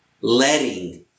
letting